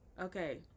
Okay